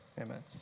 Amen